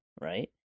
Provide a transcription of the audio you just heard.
right